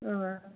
अँ